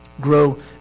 Grow